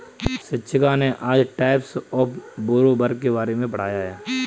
शिक्षिका ने आज टाइप्स ऑफ़ बोरोवर के बारे में पढ़ाया है